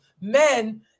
men